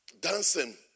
dancing